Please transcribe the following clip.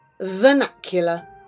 Vernacular